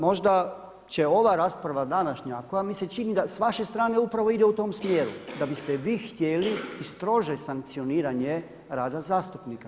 Možda će ova rasprava današnja koja mi se čini da s vaše strane upravo ide u tom smjeru, da biste vi htjeli i strože sankcioniranje rada zastupnika.